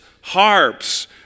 harps